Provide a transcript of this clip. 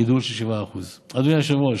גידול של 7%. אדוני היושב-ראש,